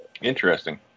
Interesting